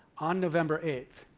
on november eight,